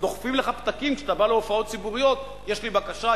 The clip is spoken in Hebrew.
דוחפים לך פתקים כשאתה בא להופעות ציבוריות: יש לי בקשה,